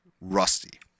rusty